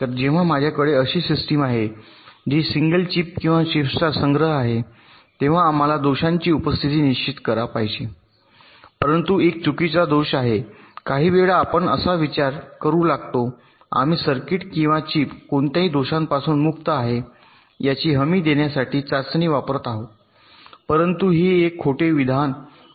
तर जेव्हा माझ्याकडे अशी सिस्टम आहे जी सिंगल चिप किंवा चिप्सचा संग्रह आहे तेव्हा आम्हाला दोषांची उपस्थिती निश्चित करा पाहिजे आहे परंतु एक चुकीचा दोष आहे काही वेळा आपण असा विचार करू लागतो आम्ही सर्किट किंवा चिप कोणत्याही दोषांपासून मुक्त आहे याची हमी देण्यासाठी चाचणी वापरत आहोत परंतु ही एक आहे खोटे विधान